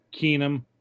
keenum